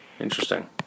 Interesting